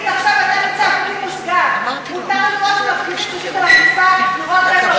מותר לבעוט להם ברגליים?